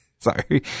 Sorry